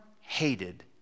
hated